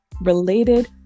related